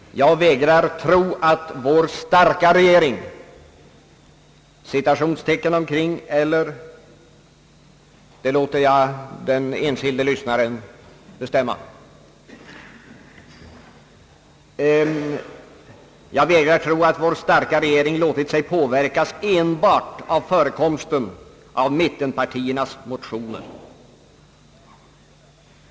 Jag vägrar tro att vår starka regering — om det skall vara citationstecken eller inte låter jag den enskilde lyssnare bestämma — låtit sig påverkas enbart av förekomsten av mittenpartiernas motioner.